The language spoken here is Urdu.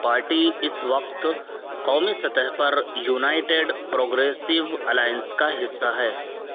پارٹی اس وقت قومی سطح پر یونائٹڈ پروگریسو الائنس کا حصہ ہے